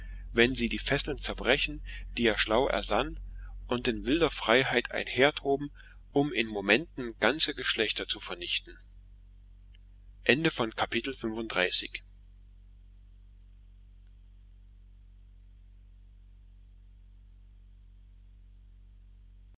wenn sie die fesseln zerbrechen die er schlau ersann und in wilder freiheit einhertoben um in momenten ganze geschlechter zu vernichten